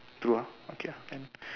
two ah okay mm